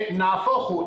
נהפוך הוא,